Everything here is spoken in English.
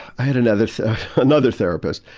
i had another so another therapist,